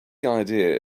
idea